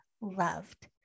loved